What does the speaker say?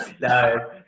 No